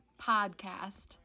Podcast